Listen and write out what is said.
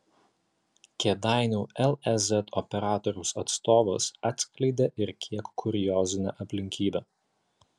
kėdainių lez operatoriaus atstovas atskleidė ir kiek kuriozinę aplinkybę